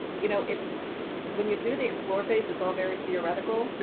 you know, it's when you do the explorer phase, it's all very theoretical.